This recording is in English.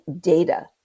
data